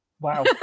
Wow